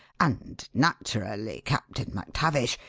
and naturally captain mactavish.